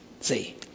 See